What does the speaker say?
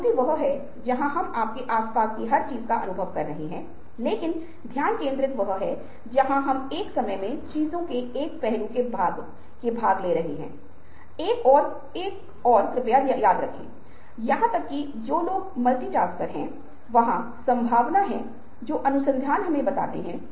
इसी तरह अगर हम में से किसी को भी भोजन की आवश्यकता नहीं है तो क्या परिणाम होगा ताकि कृषि करने की कोई आवश्यकता न रहेगी कृषि यंत्रों के उत्पादन को रोक दिया जाएगा